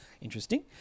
interesting